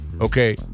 Okay